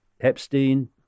Epstein